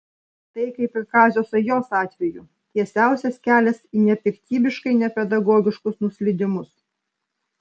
tai kaip ir kazio sajos atveju tiesiausias kelias į nepiktybiškai nepedagogiškus nuslydimus